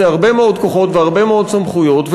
הרבה מאוד כוחות והרבה מאוד סמכויות,